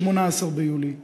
18 ביולי,